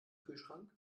kühlschrank